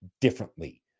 differently